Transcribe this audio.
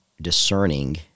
discerning